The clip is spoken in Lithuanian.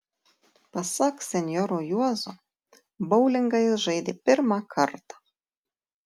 pasak senjoro juozo boulingą jis žaidė pirmą kartą